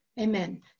Amen